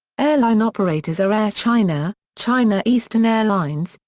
airline operators are air china, china eastern airlines,